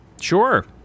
Sure